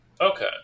Okay